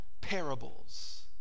parables